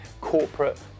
corporate